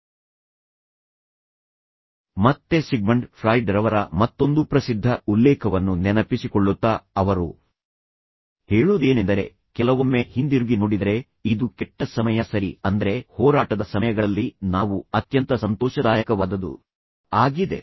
ನಾನು ಈ ಇನ್ನೊಬ್ಬ ವ್ಯಕ್ತಿಯನ್ನು ಕಂಡುಕೊಳ್ಳದೆ ಇದ್ದಿದ್ದರೆ ನಾನು ಅಂದು ಕೊಂಡ ರೀತಿ ಮತ್ತೆ ಸಿಗ್ಮಂಡ್ ಫ್ರಾಯ್ಡ್ ರವರ ಮತ್ತೊಂದು ಪ್ರಸಿದ್ಧ ಉಲ್ಲೇಖವನ್ನು ನೆನಪಿಸಿಕೊಳ್ಳೊತ್ತ ಅವರು ಹೇಳೋದೇನೆಂದರೆ ಕೆಲವೊಮ್ಮೆ ಹಿಂದಿರುಗಿ ನೋಡಿದರೆ ಇದು ಕೆಟ್ಟ ಸಮಯ ಸರಿ ಅಂದರೆ ಹೋರಾಟದ ಸಮಯಗಳಲ್ಲಿ ನಾವು ಅತ್ಯಂತ ಸಂತೋಷದಾಯಕವಾದದ್ದು ಆಗಿದೆ